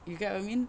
you get what I mean